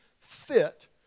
fit